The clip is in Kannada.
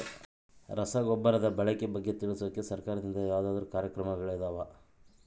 ರಸಗೊಬ್ಬರದ ಬಳಕೆ ಬಗ್ಗೆ ತಿಳಿಸೊಕೆ ಸರಕಾರದಿಂದ ಯಾವದಾದ್ರು ಕಾರ್ಯಕ್ರಮಗಳು ಇದಾವ?